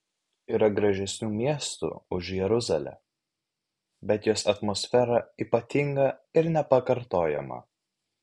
yra gražesnių miestų už jeruzalę bet jos atmosfera ypatinga ir nepakartojama